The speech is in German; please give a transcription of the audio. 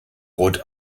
rot